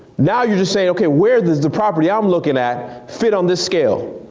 now you're just sayin' okay, where does the property i'm lookin' at fit on this scale.